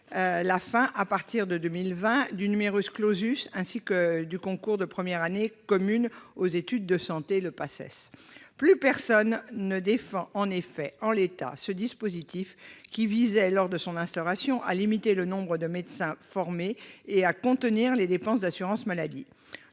la fin, à partir de 2020, du ainsi que du concours de fin de première année commune aux études de santé, ou PACES. En effet, plus personne ne défend, en l'état, ce dispositif, qui visait, lors de son instauration, à limiter le nombre de médecins formés et à contenir les dépenses d'assurance maladie,